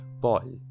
Paul